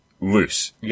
loose